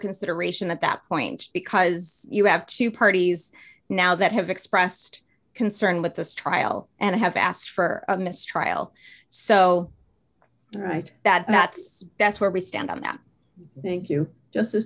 consideration at that point because you have two parties now that have expressed concern with this trial and have asked for a mistrial so right that that's that's where we stand on that thank you just